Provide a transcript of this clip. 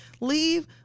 leave